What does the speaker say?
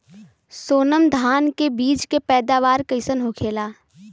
सोनम धान के बिज के पैदावार कइसन होखेला?